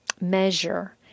measure